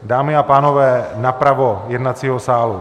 Dámy a pánové napravo jednacího sálu!